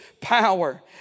power